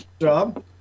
job